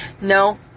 no